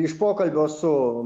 iš pokalbio su